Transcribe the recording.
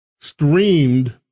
streamed